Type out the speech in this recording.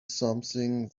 something